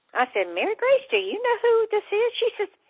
i said, mary grace, do you know who this is? she says,